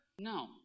No